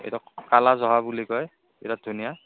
এইটোক ক'লা জহা বুলি কয় বিৰাট ধুনীয়া